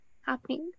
happening